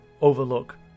overlook